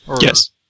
Yes